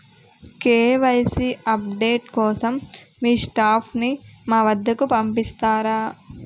KYC update కోసం మీ staff ని మా వద్దకు పంపిస్తారా?